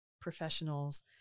professionals